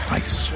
ice